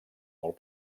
molt